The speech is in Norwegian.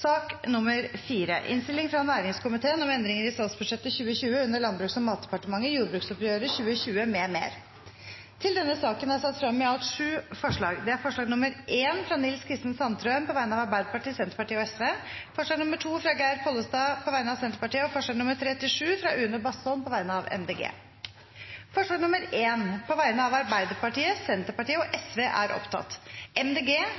og sakene nr. 2–6 på dagens kart. Under debatten er det satt frem i alt sju forslag. Det er forslag nr. 1, fra Nils Kristen Sandtrøen på vegne av Arbeiderpartiet, Senterpartiet og Sosialistisk Venstreparti forslag nr. 2, fra Geir Pollestad på vegne av Senterpartiet forslagene nr. 3–7, fra Une Bastholm på vegne av Miljøpartiet De Grønne Det voteres over forslag nr. 1, fra Arbeiderpartiet, Senterpartiet og